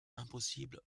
impossibles